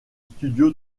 studio